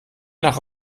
nach